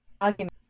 argument